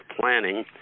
planning